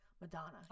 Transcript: Madonna